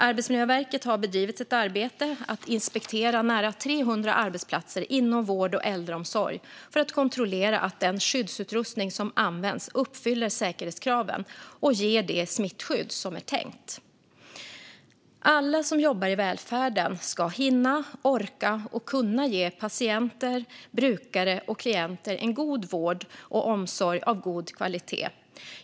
Arbetsmiljöverket har bedrivit ett arbete att inspektera nära 300 arbetsplatser inom vård och äldreomsorg för att kontrollera att den skyddsutrustning som används uppfyller säkerhetskraven och ger det smittskydd som är tänkt. Alla som jobbar i välfärden ska hinna, orka och kunna ge patienter, brukare och klienter en god vård och omsorg av god kvalitet.